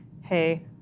hey